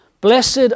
Blessed